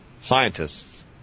scientists